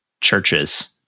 churches